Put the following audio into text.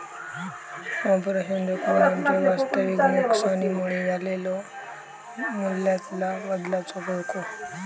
operational जोखीम म्हणजे वास्तविक नुकसानीमुळे झालेलो मूल्यातला बदलाचो धोको